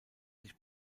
sich